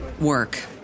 work